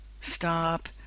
Stop